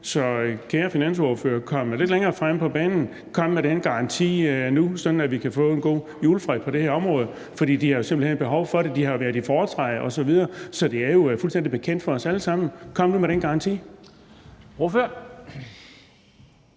Så kære finansordfører, kom lidt længere frem på banen. Kom med den garanti nu, sådan at vi kan få en god julefred på det her område, for de har simpelt hen behov for det. De har været i foretræde osv., så det er jo fuldstændig bekendt for os alle sammen. Kom nu med den garanti.